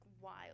wild